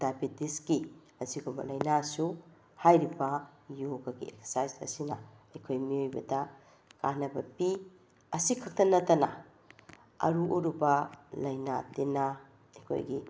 ꯗꯥꯏꯕꯦꯇꯤꯖꯀꯤ ꯑꯁꯤꯒꯨꯝꯕ ꯂꯩꯅꯥꯁꯨ ꯍꯥꯏꯔꯤꯕ ꯌꯣꯒꯒꯤ ꯑꯦꯛꯁꯁꯥꯏꯁ ꯑꯁꯤꯅ ꯑꯩꯈꯣꯏ ꯃꯤꯑꯣꯏꯕꯗ ꯀꯥꯟꯅꯕ ꯄꯤ ꯑꯁꯤꯈꯛꯇ ꯅꯠꯇꯅ ꯑꯔꯨ ꯑꯔꯨꯕ ꯂꯩꯅꯥ ꯇꯤꯟꯅꯥ ꯑꯩꯈꯣꯏꯒꯤ